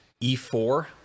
E4